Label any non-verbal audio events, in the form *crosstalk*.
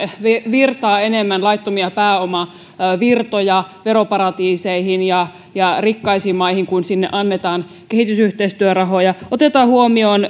virtaa enemmän laittomia pääomavirtoja veroparatiiseihin ja ja rikkaisiin maihin kun sinne annetaan kehitysyhteistyörahoja otetaan huomioon *unintelligible*